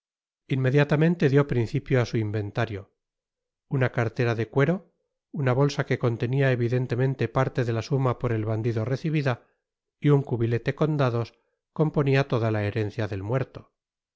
inmediatamente dió principio á su inventario una cartera de cuero una bolsa que contenia evidentemente parte de la suma por el bandido recibida y un cubilete con dados componia toda la herencia del muerto